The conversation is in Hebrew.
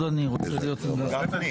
ונתנו להם מ"מ קבוע בוועדת הכספים.